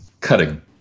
Cutting